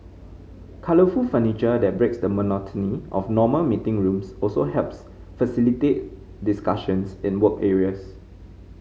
colourful furniture that breaks the monotony of normal meeting rooms also helps facilitate discussions in work areas